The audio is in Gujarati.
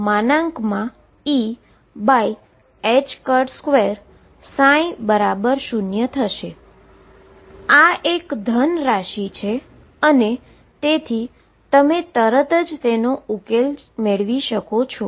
આ એક ધન ક્વોન્ટીટી છે અને તેથી તમે તરત જ તેના ઉકેલો લખી શકો છો